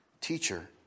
Teacher